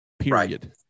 period